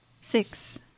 Six